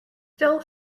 still